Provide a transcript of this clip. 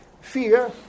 fear